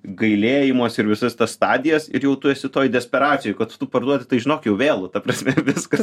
gailėjimosi ir visas tas stadijas ir jau tu esi toj desperacijoj kad tu parduodi tai žinok jau vėlu ta prasme viskas